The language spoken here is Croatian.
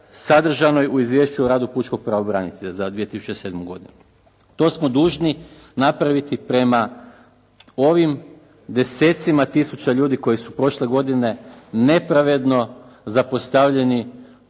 sadržanoj u Izvješću o radu pučkog pravobranitelja za 2007. godinu. To smo dužni napraviti prema ovim desecima tisuća ljudi koji su prošle godine nepravedno zapostavljeni